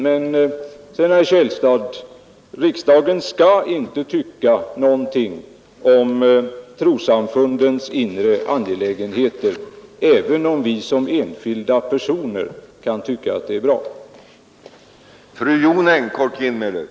Riksdagen skall inte, herr Källstad, tycka någonting om trossamfundens inre angelägenheter, även om vi som enskilda personer kan tycka att ett initiativ som kyrkomötet har tagit är bra.